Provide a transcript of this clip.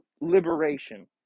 liberation